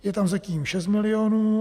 Je tam zatím 6 milionů.